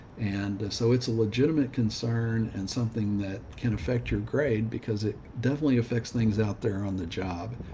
and so it's a legitimate concern and something that can affect your grade, because it definitely affects things out there on the job.